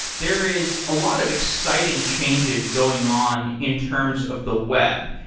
there is a lot of exciting changes going on in terms of the web.